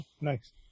nice